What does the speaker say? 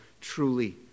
truly